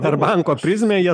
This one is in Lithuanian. per banko prizmę jie